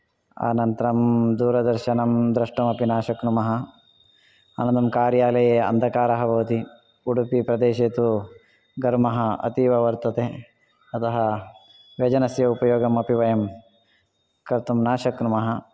अनन्तरं दूरदर्शनं द्रष्टुमपि न शक्नुमः अनन्तरं कार्यालये अन्धकारः भवति उडुपी प्रदेशे तु घर्मः अतीव वर्तते अतः व्यजनस्य उपयोगमपि वयं कर्तुं न शक्नुमः